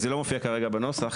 זה לא מופיע כרגע בנוסח